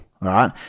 right